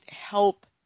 help